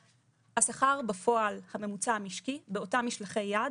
השכר הממוצע המשקי בפועל באותם משלחי יד